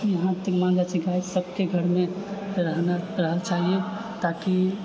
यहाँ गाय सबके घरमे रहना रहल रहैके चाहिए ताकि